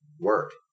work